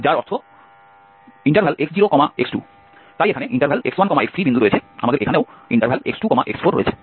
যার অর্থ x0x2 তাই এখানে x1x3 বিন্দু রয়েছে আমাদের এখানেও x2x4 রয়েছে